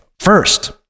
first